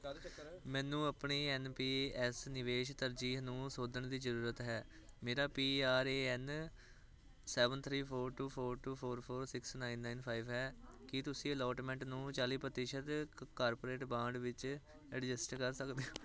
ਮੈਨੂੰ ਆਪਣੀ N P S ਨਿਵੇਸ਼ ਤਰਜੀਹ ਨੂੰ ਸੋਧਣ ਦੀ ਜ਼ਰੂਰਤ ਹੈ ਮੇਰਾ P R A N seven three four two four two four four six nine nine five ਹੈ ਕੀ ਤੁਸੀਂ ਅਲੋਟਮੈਂਟ ਨੂੰ ਚਾਲੀ ਪ੍ਰਤੀਸ਼ਤ ਕਾਰਪਰੇਟ ਬਾਂਡ ਵਿੱਚ ਐਡਜਸਟ ਕਰ ਸਕਦੇ